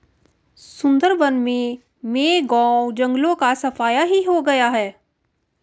सुंदरबन में मैंग्रोव जंगलों का सफाया ही हो गया है